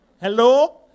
Hello